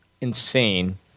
insane